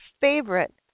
favorite